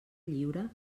lliure